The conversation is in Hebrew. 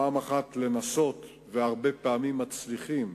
פעם אחת לנסות, והרבה פעמים מצליחים,